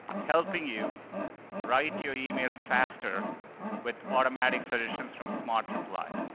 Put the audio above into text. helping you write your emails faster with automatic solutions from smart reply,